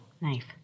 knife